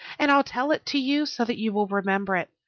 and i'll tell it to you so that you will remember it.